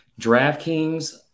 DraftKings